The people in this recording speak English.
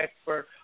expert